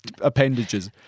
appendages